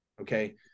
Okay